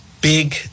big